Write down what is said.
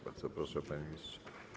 Bardzo proszę, panie ministrze.